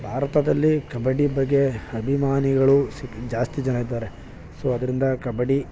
ಭಾರತದಲ್ಲಿ ಕಬಡ್ಡಿ ಬಗ್ಗೆ ಅಭಿಮಾನಿಗಳು ಸಿ ಜಾಸ್ತಿ ಜನ ಇದ್ದಾರೆ ಸೊ ಆದ್ರಿಂದ ಕಬಡ್ಡಿ